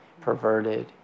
perverted